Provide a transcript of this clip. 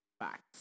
facts